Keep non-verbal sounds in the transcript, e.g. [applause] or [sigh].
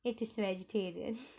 it is vegetarian [laughs]